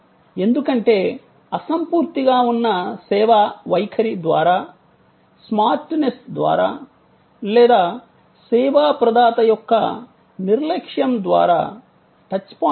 ఎందుకంటే అసంపూర్తిగా ఉన్న సేవ వైఖరి ద్వారా స్మార్ట్నెస్ ద్వారా లేదా సేవా ప్రదాత యొక్క నిర్లక్ష్యం ద్వారా టచ్ పాయింట్ వద్ద స్పష్టంగా కనబడుతుంది